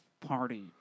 party